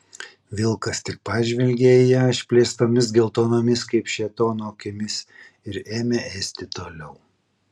vilkas tik pažvelgė į ją išplėstomis geltonomis kaip šėtono akimis ir ėmė ėsti toliau